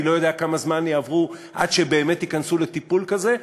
אני לא יודע כמה זמן יעבור עד שבאמת תיכנסו לטיפול כזה,